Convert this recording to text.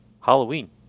Halloween